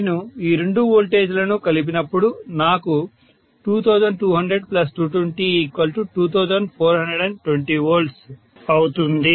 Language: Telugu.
నేను ఈ రెండు వోల్టేజ్లను కలిపినప్పుడు నాకు 2200220 2420V అవుతుంది